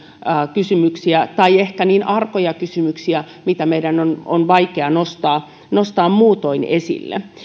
kysymyksiä tai ehkä niin arkoja kysymyksiä että meidän on on vaikea nostaa niitä muutoin esille